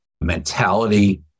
mentality